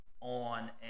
on